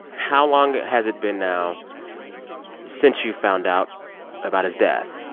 how long has it been now since you found out about his death?